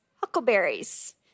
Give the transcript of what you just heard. huckleberries